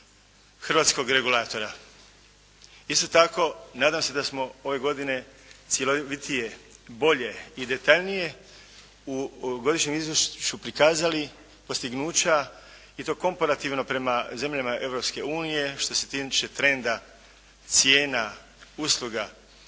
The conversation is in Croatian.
hrvatskog regulatora. Isto tako, nadam se da smo ove godine cjelovitije, bolje i detaljnije u Godišnjem izvješću prikazali postignuća i to komparativno prema zemljama Europske unije što se tiče trenda cijena usluga,